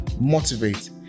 motivate